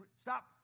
Stop